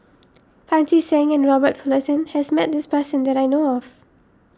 Pancy Seng and Robert Fullerton has met this person that I know of